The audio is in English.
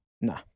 nah